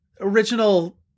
original